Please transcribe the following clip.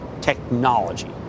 technology